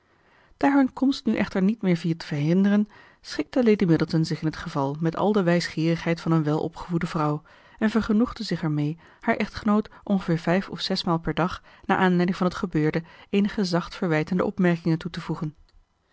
daar hun komst nu echter niet meer viel te verhinderen schikte lady middleton zich in het geval met al de wijsgeerigheid van een welopgevoede vrouw en vergenoegde zich ermee haar echtgenoot ongeveer vijf of zesmaal per dag naar aanleiding van het gebeurde eenige zacht verwijtende opmerkingen toe te voegen